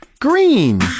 green